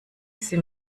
sie